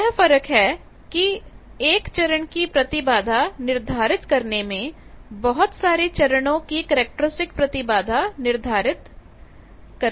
यह फर्क है कि एक चरण की प्रतिबाधा निर्धारित करने में तथा बहुत सारे चरणों की कैरेक्टरिस्टिक प्रतिबाधा निर्धारित करने में